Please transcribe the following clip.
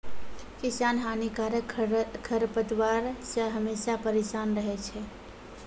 किसान हानिकारक खरपतवार से हमेशा परेसान रहै छै